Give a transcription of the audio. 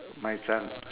my son